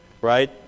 right